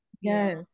Yes